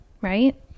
right